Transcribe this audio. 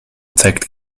zeigt